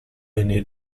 need